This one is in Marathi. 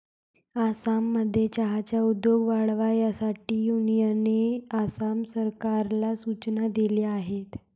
आसाममध्ये चहाचा उद्योग वाढावा यासाठी युनियनने आसाम सरकारला सूचना दिल्या आहेत